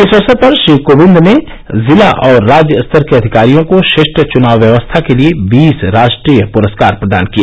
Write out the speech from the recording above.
इस अवसर पर श्री कोविंद ने जिला और राज्य स्तर के अधिकारियों को श्रेष्ठ चुनाव व्यवस्था के लिए बीस राष्ट्रीय पुरस्कार प्रदान किए